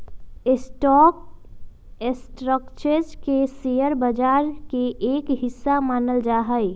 stock exchange के share बाजार के एक हिस्सा मानल जा हई